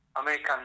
American